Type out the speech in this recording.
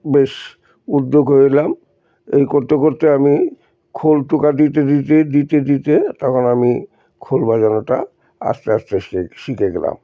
বেশ উদ্যোগ হলাম এই করতে করতে আমি খোল টোকা দিতে দিতে দিতে দিতে তখন আমি খোল বাজানোটা আস্তে আস্তে শিখ শিখে গেলাম